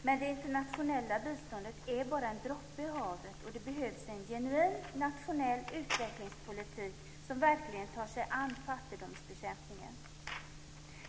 Men det internationella biståndet är bara en droppe i havet. Det behövs en genuin nationell utvecklingspolitik som verkligen tar sig an fattigdomsbekämpningen.